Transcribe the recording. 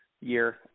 year